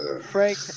Frank